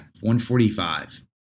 145